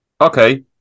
Okay